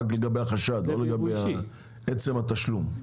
גם לגבי החשד לא לגבי עצם התשלום.